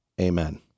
Amen